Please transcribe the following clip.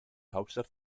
hauptstadt